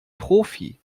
profi